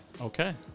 Okay